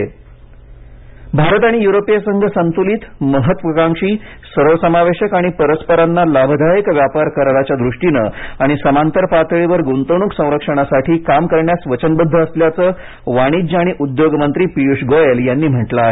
पियष गोयल भारत आणि युरोपिय संघ संतुलित महत्वाकांक्षी सर्वसमावेशक आणि परस्परांना लाभदायक व्यापार कराराच्या दूष्टिने आणि समांतर पातळीवर गुंतवणूक संरक्षणासाठी काम करण्यास वचनबद्ध असल्याचं वाणिज्य आणि उद्योग मंत्री पियुष गोयल यांनी म्हटलं आहे